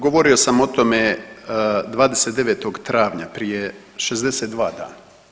Govorio sam o tome 29. travnja prije 62 dana.